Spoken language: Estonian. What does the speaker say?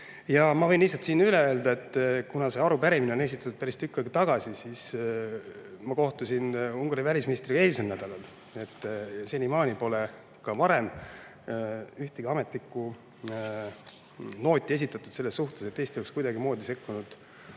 Ma võin siin lihtsalt üle öelda, et see arupärimine on esitatud päris tükk aega tagasi, aga ma kohtusin Ungari välisministriga eelmisel nädalal. Senimaani pole ühtegi ametlikku nooti esitatud selles suhtes, et Eesti oleks kuidagimoodi sekkunud